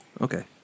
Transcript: Okay